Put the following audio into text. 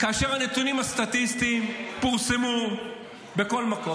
כאשר הנתונים הסטטיסטיים פורסמו בכל מקום.